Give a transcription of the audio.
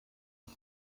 ist